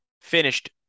finished